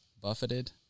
buffeted